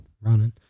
running